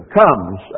comes